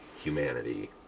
humanity